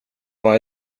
vad